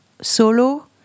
solo